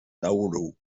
nauru